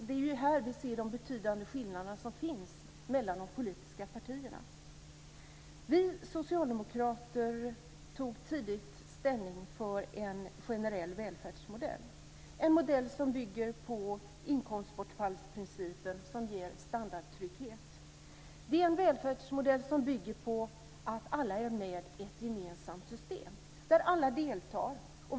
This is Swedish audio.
Det är här vi ser de betydande skillnader som finns mellan de politiska partierna. Vi socialdemokrater tog tidigt ställning för en generell välfärdsmodell. Det är en modell som bygger på inkomstbortfallsprincipen och ger standardtrygghet. Det är en välfärdsmodell som bygger på att alla är med i ett gemensamt system där alla deltar.